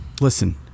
Listen